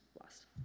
lost